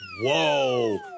Whoa